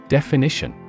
Definition